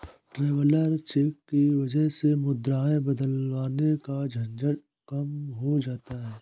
traveller cheque की वजह से मुद्राएं बदलवाने का झंझट कम हो जाता है